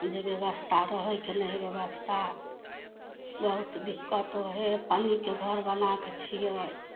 इहे व्यवस्था रहयके नहि हइ व्यवस्था बहुत दिक्कत हइ पन्नीके घर बनाके छियै